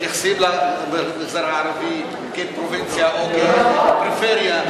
מתייחסים למגזר הערבי כפרובינציה או כפריפריה,